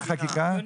חקיקה.